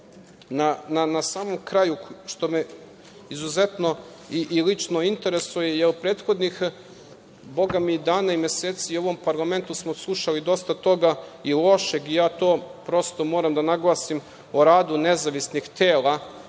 samom kraju, nešto što me izuzetno i lično interesuje, jer prethodnih, bogami dana i meseci, u ovom parlamentu smo slušali dosta toga i lošeg i ja to prosto moram da naglasim, o radu nezavisnih tela